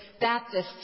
Baptists